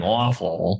awful